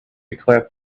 declared